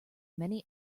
many